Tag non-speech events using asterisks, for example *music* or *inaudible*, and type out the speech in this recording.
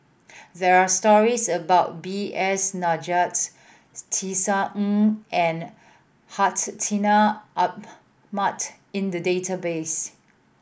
there are stories about B S *unintelligible* Tisa Ng and Hartinah Ahmad in the database